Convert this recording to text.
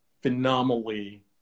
phenomenally